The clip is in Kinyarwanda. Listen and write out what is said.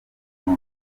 buri